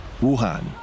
Wuhan